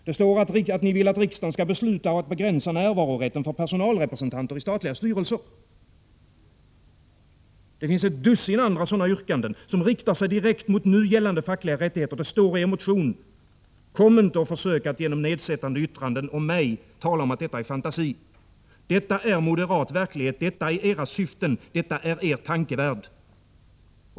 Det står att ni vill att riksdagen skall besluta att begränsa närvarorätten för personalrepresentanter i statliga styrelser. Det finns ett dussin andra sådana yrkanden som riktar sig direkt mot nu gällande fackliga rättigheter. Det står i er motion. Försök inte att genom nedsättande yttranden om mig hävda att detta är fantasi. Detta är moderat verklighet. Detta är edra syften. Detta är er tankevärld.